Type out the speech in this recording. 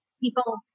people